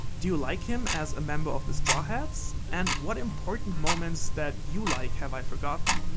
do you like him as a member of the straw hats? and what important moments, that you like, have i forgotten?